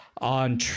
On